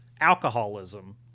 alcoholism